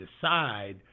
decide